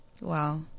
Wow